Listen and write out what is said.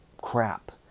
crap